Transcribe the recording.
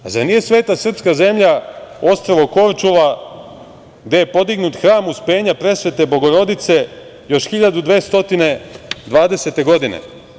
Zar nije sveta srpska zemlja ostrvo Korčula gde je podignut hram Uspenja Presvete Bogorodice još 1220. godine?